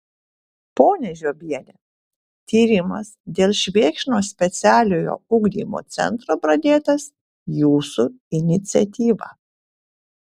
ponia žiobiene tyrimas dėl švėkšnos specialiojo ugdymo centro pradėtas jūsų iniciatyva